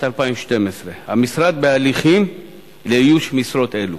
2012. המשרד בהליכים לאיוש משרות אלה.